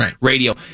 radio